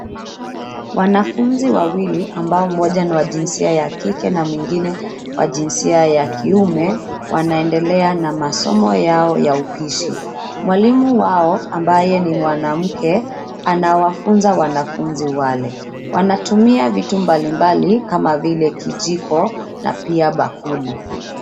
Wanafunzi wawili ambao moja ni wa jinsia ya kike na mwingine wa jinsia ya kiume wanaendelea na masomo yao ya upishi. Mwalimu wao ambaye ni mwanamke anawafunza wanafunzi wale. Wanatumia vitu mbalimbali kama vile kijiko, na pia bakuli.